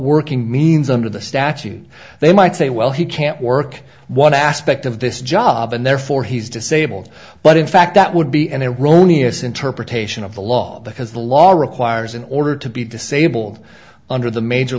working means under the statute they might say well he can't work one aspect of this job and therefore he's disabled but in fact that would be an iranian interpretation of the law because the law requires in order to be disabled under the major